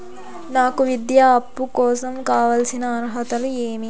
నాకు విద్యా అప్పు కోసం కావాల్సిన అర్హతలు ఏమి?